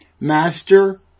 Master